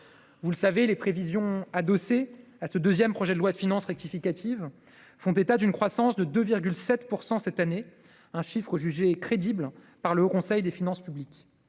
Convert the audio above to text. Vous le savez, les prévisions adossées à ce deuxième projet de loi de finances rectificative font état d'une croissance de 2,7 % cette année, un chiffre jugé crédible par le Haut Conseil des finances publiques.